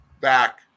back